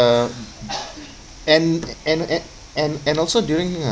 and a~ and a~ and and also during uh